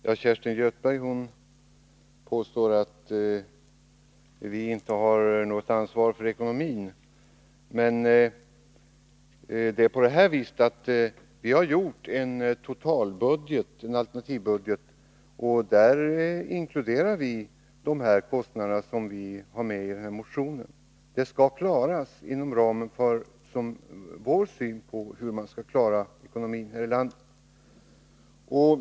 Herr talman! Kerstin Göthberg påstår att vi inte har något ansvar för ekonomin, men vi har faktiskt gjort en alternativ totalbudget, där vi inkluderar de kostnader som skulle bli följden om denna motion bifalls. De skall klaras inom ramen för vårt förslag om den totala ekonomin här i landet.